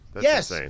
Yes